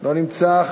לא נמצא.